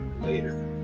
later